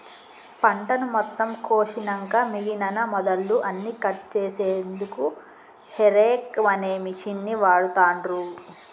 పంటను మొత్తం కోషినంక మిగినన మొదళ్ళు అన్నికట్ చేశెన్దుకు హేరేక్ అనే మిషిన్ని వాడుతాన్రు